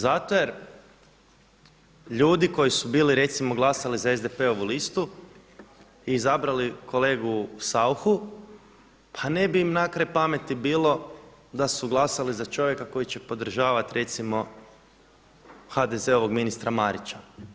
Zato jer ljudi koji su bili recimo glasali za SDP-ovu listu i izabrali kolegu Sauchu Pa ne bi im na kraj pameti bilo da su glasali za čovjeka koji će podržavati recimo HDZ-ovog ministra Marića.